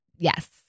Yes